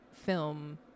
film